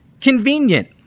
convenient